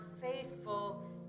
faithful